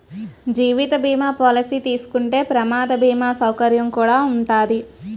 జీవిత బీమా పాలసీ తీసుకుంటే ప్రమాద బీమా సౌకర్యం కుడా ఉంటాది